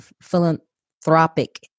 philanthropic